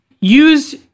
Use